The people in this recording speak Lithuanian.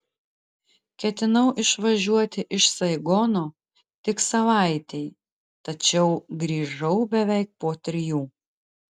ketinau išvažiuoti iš saigono tik savaitei tačiau grįžau beveik po trijų